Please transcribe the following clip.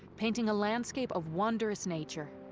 painting a landscape of wondrous nature.